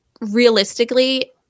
realistically